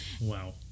Wow